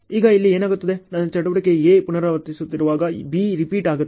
ಈಗ ಇಲ್ಲಿ ಏನಾಗುತ್ತದೆ ನನ್ನ ಚಟುವಟಿಕೆ A ಪುನರಾವರ್ತನೆಯಾಗುತ್ತಿರುವಾಗ B ರಿಪೀಟ್ ಆಗುತ್ತದೆ